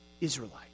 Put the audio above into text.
Israelite